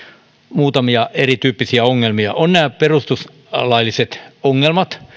muutamia erityyppisiä ongelmia on nämä perustuslailliset ongelmat